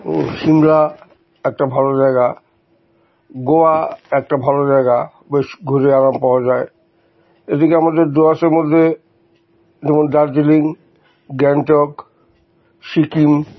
শিমলা একটা ভালো জায়গা গোয়া একটা ভালো জায়গা বেশ ঘুরে আরাম পাওয়া যায় এদিকে আমাদের ডুয়ারসের মধ্যে যেমন দার্জিলিং গ্যাংটক সিকিম